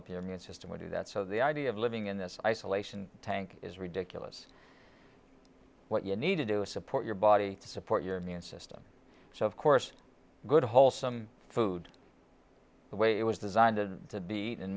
up your immune system or do that so the idea of living in this isolation tank is ridiculous what you need to do is support your body to support your immune system so of course good wholesome food the way it was designed to be